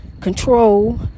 control